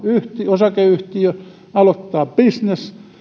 osakeyhtiö aloittaa bisnes